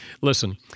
listen